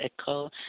Echo